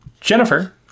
Jennifer